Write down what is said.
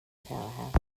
powerhouse